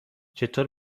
چطور